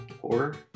Horror